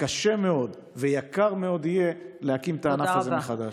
וקשה מאוד ויקר מאוד יהיה להקים את הענף הזה מחדש.